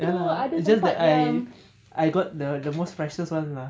ya lah it's just that I got the most freshest one lah